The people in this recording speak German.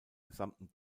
gesamten